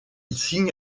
signe